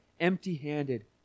empty-handed